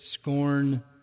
scorn